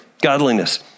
Godliness